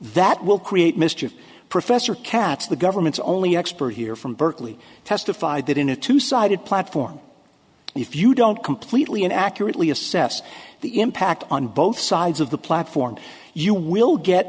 that will create mischief professor katz the government's only expert here from berkeley testified that in a two sided platform if you don't completely and accurately assess the impact on both sides of the platform you will get